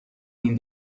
این